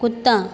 कुत्ता